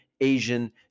Asian